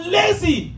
lazy